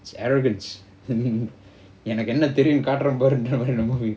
it's arrogance எனக்கென்னதெரியும்காட்டுறேன்பாருன்ற:enakenna theriyum katren parunra movie